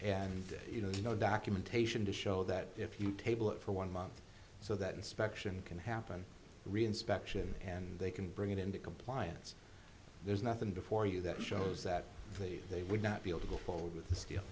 and you know you know documentation to show that if you table it for one month so that inspection can happen reinspection and they can bring it into compliance there's nothing before you that shows that they would not be able to go forward with th